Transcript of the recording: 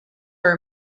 are